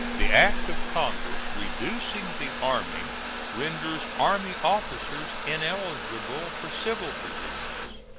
the act of congress reducing the army renders army officers ineligible for civil positions.